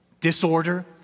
disorder